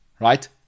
right